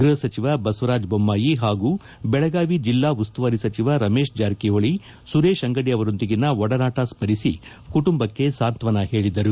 ಗೃಹ ಸಚಿವ ಬಸವರಾಜ ಬೊಮ್ಮಾಯಿ ಹಾಗೂ ಬೆಳಗಾವಿ ಜಿಲ್ಲಾ ಉಸ್ತುವಾರಿ ಸಚಿವ ರಮೇಶ್ ಜಾರಕಿಹೊಳಿ ಸುರೇಶ್ ಅಂಗಡಿ ಅವರೊಂದಿಗಿನ ಒಡನಾಟ ಸ್ಮರಿಸಿ ಕುಟುಂಬಕ್ಕೆ ಸಾಂತ್ವನ ಹೇಳಿದರು